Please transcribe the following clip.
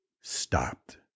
stopped